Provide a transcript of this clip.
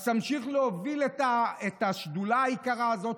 אז תמשיך להוביל את השדולה היקרה הזאת.